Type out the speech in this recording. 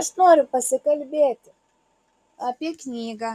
aš noriu pasikalbėti apie knygą